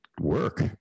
work